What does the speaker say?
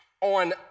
on